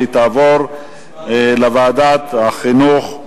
והיא תעבור לוועדת החינוך,